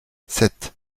sept